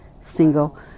single